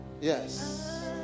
yes